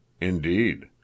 Indeed